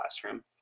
classroom